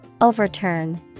Overturn